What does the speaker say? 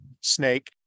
snake